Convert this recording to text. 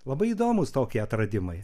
labai įdomūs tokie atradimai